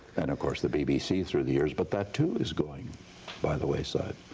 and of course the bbc through the years, but that too is going by the wayside.